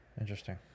Interesting